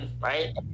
right